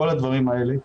כל הדברים האלה,